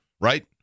Right